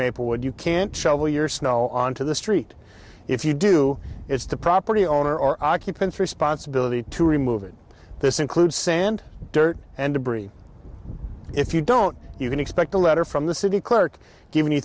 maplewood you can't show your snow onto the street if you do it's the property owner or occupants responsibility to remove it this includes sand dirt and debris if you don't you can expect a letter from the city clerk given you